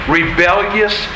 rebellious